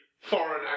foreign